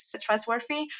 trustworthy